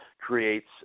creates